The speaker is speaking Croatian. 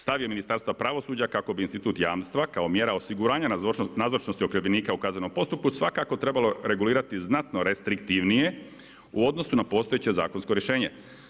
Stav je Ministarstva pravosuđa kako bi institut jamstva kao mjera osiguranja nazočnosti okrivljenika u kaznenom postupku svakako trebalo regulirati znatno restriktivnije u odnosu na postojeće zakonsko rješenje.